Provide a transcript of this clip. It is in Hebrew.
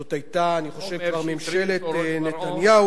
זאת היתה, אני חושב, כבר ממשלת נתניהו.